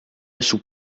sous